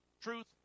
truth